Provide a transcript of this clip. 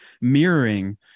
mirroring